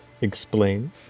Explain